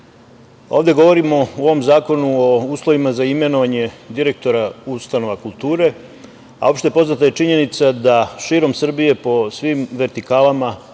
govorimo u ovom zakonu o uslovima za imenovanje direktora ustanova kulture, a opšte je poznata činjenica da širom Srbije po svim vertikalama